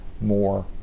more